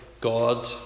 God